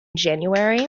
january